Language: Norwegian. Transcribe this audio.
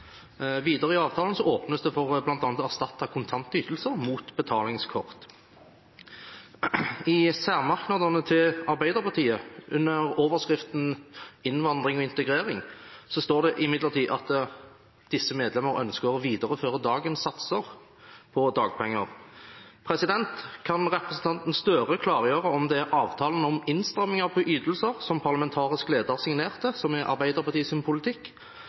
Videre i avtalen åpnes det for bl.a. å erstatte kontantytelser mot betalingskort. I særmerknadene til Arbeiderpartiet under overskriften «Innvandring og integrering» står det imidlertid at «disse medlemmer ønsker å videreføre dagens satser for dagpenger». Kan representanten Gahr Støre klargjøre om det er avtalen om innstramminger av ytelser, som den parlamentariske lederen signerte, som er Arbeiderpartiets politikk,